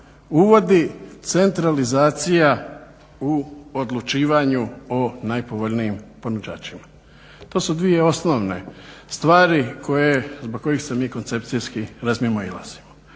uvodi centralizacija u odlučivanju o najpovoljnijim ponuđačima. To su dvije osnovne stvari zbog kojih se mi koncepcijski razmimoilazimo.